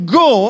go